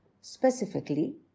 specifically